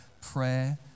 prayer